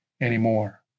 anymore